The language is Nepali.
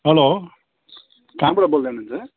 हेलो कहाँबाट बोल्दै हुनुहुन्छ